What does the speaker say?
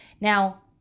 Now